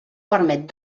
permet